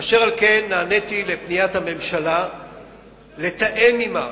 אשר על כן נעניתי לבקשת הממשלה לתאם עמה